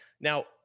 Now